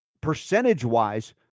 percentage-wise